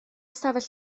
ystafell